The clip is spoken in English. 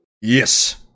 Yes